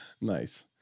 Nice